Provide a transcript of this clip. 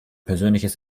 persönliches